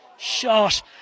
shot